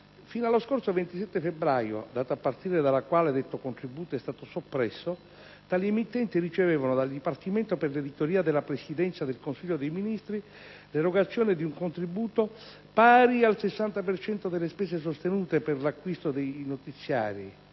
Fino allo scorso 27 febbraio (data a partire dalla quale detto contributo è stato soppresso) tali emittenti ricevevano dal Dipartimento per l'editoria della Presidenza del Consiglio dei ministri l'erogazione di un contributo pari al 60 per cento delle spese sostenute per l'acquisto dei notiziari;